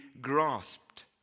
grasped